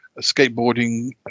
skateboarding